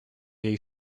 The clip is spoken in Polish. jej